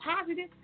positive